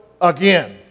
again